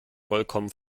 vollkommen